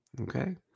Okay